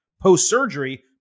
post-surgery